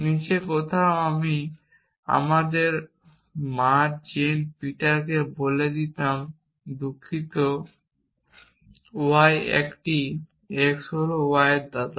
নিচে কোথাও আমি আমাদের মা জেন পিটারকে বলতে দিতাম দুঃখিত y একটি x হল y এর দাদা